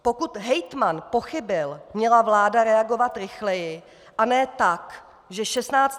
Pokud hejtman pochybil, měla vláda reagovat rychleji a ne tak, že 16.